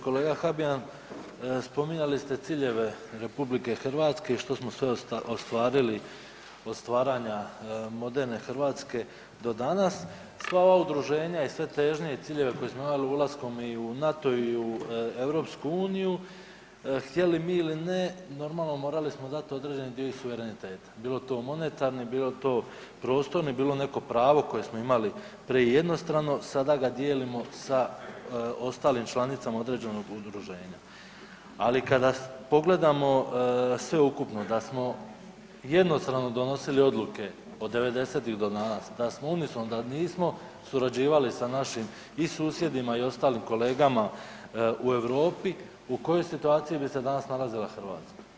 Kolega Habijan, spominjali ste ciljeve RH i što smo sve ostvarili od stvaranja moderne Hrvatske do danas, sva ova udruženja i sve težnje i ciljeve koje smo imali ulaskom i u NATO i u EU, htjeli mi ili ne, normalno morali smo dati određeni dio suvereniteta, bilo to monetarni, bilo prostorno, bilo neko pravo koje smo imali prije jednostrano, sada ga dijelimo sa ostalim članicama određenog udruženja ali kada pogledamo sveukupno da smo jednostrano donosili odluke od 90-ih do danas, da smo unisono, da nismo surađivali sa našim i susjedima i ostalim kolegama u Europi, u koji situaciji bi se danas nalazila Hrvatska.